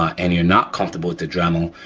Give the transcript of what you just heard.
and you're not comfortable with a dremel,